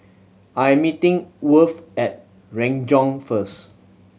I am meeting Worth at Renjong first